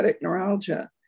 neuralgia